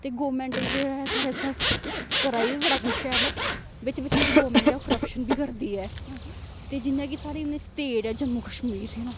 ते गौरमेंट जेह्ड़ा ऐ साढ़े आस्तै कराई बी बड़ा कुछ ऐ ब बिच्च बिच्च जेह्ड़ी गौरमेंट ऐ ओह् क्रप्शन बी करदी ऐ ते जिियां कि साढ़ी इ स्टेट ऐ जम्मू कश्मीर हे न